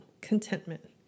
Contentment